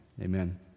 Amen